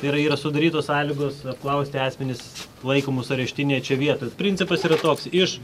tai yra yra sudarytos sąlygos apklausti asmenis laikomus areštinėj čia vietoj principas yra toks iš